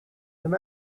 them